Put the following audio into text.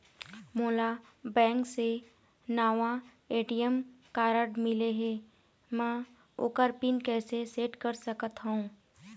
मोला बैंक से नावा ए.टी.एम कारड मिले हे, म ओकर पिन कैसे सेट कर सकत हव?